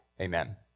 Amen